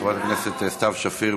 חברת הכנסת סתיו שפיר,